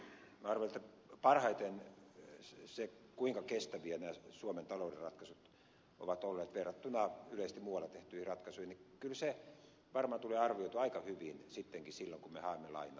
ensinnäkin minä arvelen että parhaiten se kuinka kestäviä nämä suomen talouden ratkaisut ovat olleet verrattuna yleisesti muualla tehtyihin ratkaisuihin kyllä varmaan tulee arvioitua aika hyvin sittenkin silloin kun me haemme lainaa maailmalta